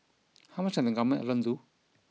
how much can the Government alone do